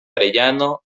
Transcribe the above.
arellano